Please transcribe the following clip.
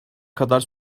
kadar